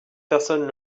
personnes